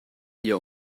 hier